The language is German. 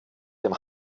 dem